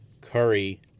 Curry